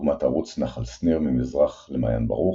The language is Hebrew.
דוגמת ערוץ נחל שניר ממזרח למעיין ברוך,